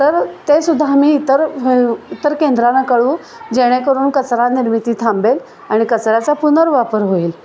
तर तेसुद्धा आम्ही इतर इतर केंद्राना कळवू जेणेकरून कचरा निर्मिती थांबेल आणि कचऱ्याचा पुनर्वापर होईल